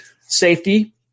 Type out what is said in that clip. Safety